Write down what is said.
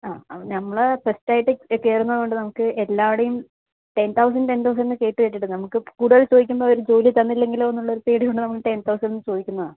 ആ നമ്മൾ ഫസ്റ്റായിട്ട് കയറുന്നതുകൊണ്ട് നമുക്ക് എല്ലാവിടെയും ടെൻ തൗസൻ്റ് ടെൻ തൗസൻ്റ് എന്നു കേട്ടുകേട്ടിട്ട് നമുക്ക് കൂടുതൽ ചോദിക്കുമ്പോൾ അവർ ജോലി തന്നില്ലെങ്കിലോ എന്നുള്ളൊരു പേടികൊണ്ട് നമുക്ക് ടെൻ തൗസൻ്റ് എന്നു ചോദിക്കുന്നതാണ്